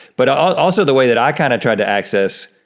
but also the way that i kind of tried to access